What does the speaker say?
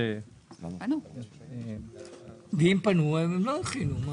אם פנו הם לא הכינו.